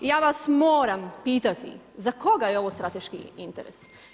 Ja vas moram pitati, za koga je ovo strateški interes?